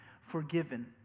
forgiven